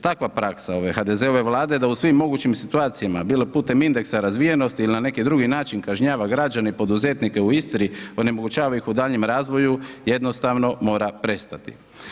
Takva praksa ove HDZ-ove Vlade da u svim mogućim situacijama bilo putem indeksa razvijenosti ili na neki drugi način kažnjava građane i poduzetnike u Istri, onemogućava ih u daljnjem razvoju, jednostavno mora prestati.